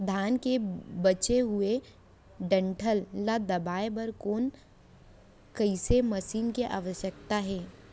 धान के बचे हुए डंठल ल दबाये बर कोन एसई मशीन के आवश्यकता हे?